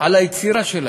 על היצירה שלהם.